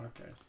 Okay